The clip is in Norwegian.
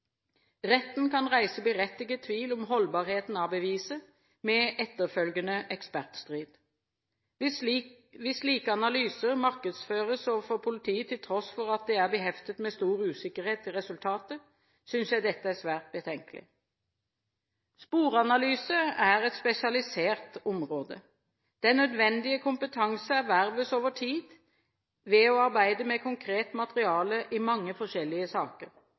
Retten kan reise berettiget tvil om holdbarheten av beviset, med etterfølgende «ekspertstrid». Hvis slike analyser markedsføres overfor politiet til tross for at de er beheftet med stor usikkerhet med hensyn til resultatet, synes jeg dette er svært betenkelig. Sporanalyse er et spesialisert område. Den nødvendige kompetanse erverves over tid ved å arbeide med konkret materiale i mange forskjellige saker.